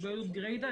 התבוללות גרידא,